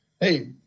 Hey